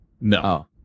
No